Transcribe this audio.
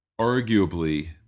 arguably